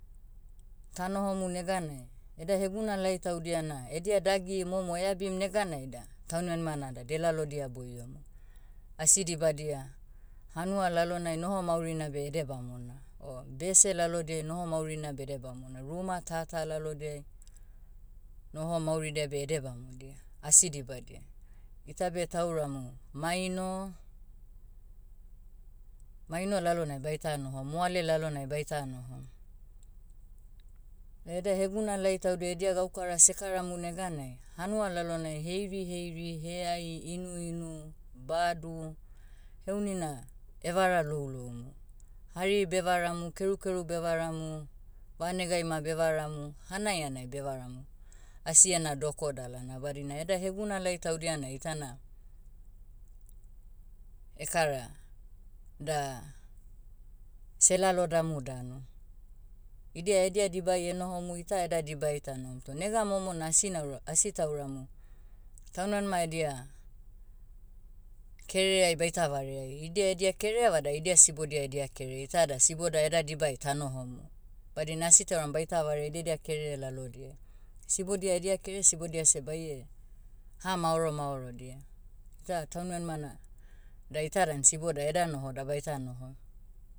Tanohomu neganai, eda hegunalai taudia na edia dagi momo eabim neganai da, taunimanima nada delalodia boiomu. Asi dibadia, hanua lalonai noho maurina beh ede bamona. O bese lalonai noho maurina bedebamona ruma tata lalodiai, noho mauridia beh ede bamodia. Asi dibadia. Itabe tauramu, maino- maino lalonai baita noho moale lalonai baita nohom. Ah eda hegunalai taudia edia gaukara sekaramu neganai hanua lalonai heiriheiri heai inuinu, badu, heuni na, evara louloumu. Hari bevaramu kerukeru bevaramu, vanegai ma bevaramu hanai hanai bevaramu. Asi ena doko dalana badina eda hegunalai taudia na itana, ekara, da, selalodamu danu. Idia edia dibai enohomu ita eda dibai tanohom toh nega momo na asi naura- asi tauramu, taunmanima edia, kerereai baita vareai. Idia edia kerere vada idia sibodia edia kerere itada siboda eda dibai tanohomu. Badina asi tauram baita vareai idedia kerere lalodiai. Sibodia edia kere sibodia seh baie, hamaoro maorodia. Ita taunmanima na, da ita dan siboda eda noho da baita noho.